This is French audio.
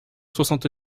soixante